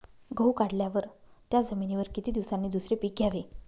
गहू काढल्यावर त्या जमिनीवर किती दिवसांनी दुसरे पीक घ्यावे?